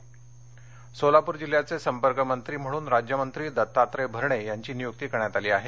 भरणे सोलापूर जिल्ह्याचे संपर्कमंत्री म्हणून राज्यमंत्री दत्तात्रय भरणे यांची नियूक्ती करण्यात आली आहे